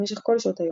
במשך כל שעות היום.